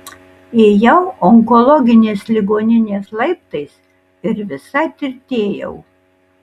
ėjau onkologinės ligoninės laiptais ir visa tirtėjau